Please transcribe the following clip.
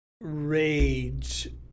rage